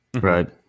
Right